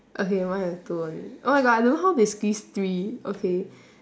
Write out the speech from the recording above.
okay mine is two only oh my god I don't know how they squeeze three okay